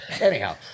Anyhow